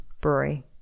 brewery